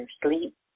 sleep